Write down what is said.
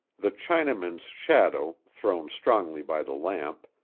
the chinaman's shadow, thrown strongly by the lamp,